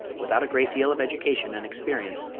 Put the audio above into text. without a great deal of education and experience,